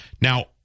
Now